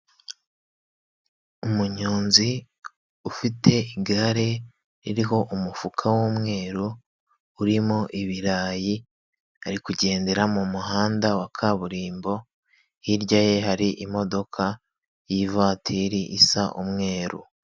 Umunyonzi ufite igare ririho umufuka w'umweru, urimo ibirayi ari kugendera mu muhanda wa kaburimbo, hirya ye hari imodoka y'ivatiri isa umweru.